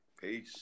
Peace